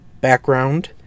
background